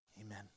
Amen